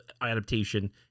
adaptation